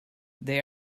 they